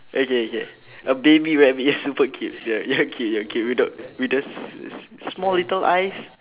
okay okay a baby rabbit yes super cute ya ya cute ya cute without with those small little eyes